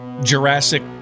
Jurassic